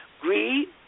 greed